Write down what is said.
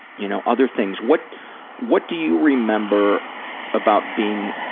you know, other things. what what do you remember about being,